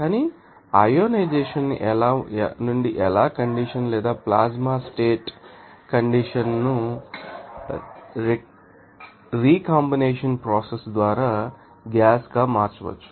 కానీ అయోనైజేషన్ నుండి ఎలా కండిషన్ లేదా ప్లాస్మా స్టేట్ కండిషన్ ను రికంబినేషన్ ప్రోసెస్ ద్వారా గ్యాస్ గా మార్చవచ్చు